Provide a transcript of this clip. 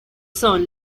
son